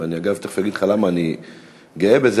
ואני אגב תכף אגיד לך למה אני גאה בזה,